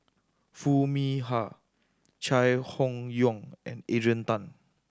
Foo Mee Har Chai Hon Yoong and Adrian Tan